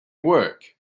work